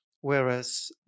whereas